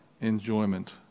enjoyment